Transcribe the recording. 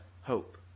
hope